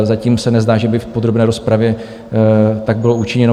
Zatím se nezdá, že by v podrobné rozpravě tak bylo učiněno.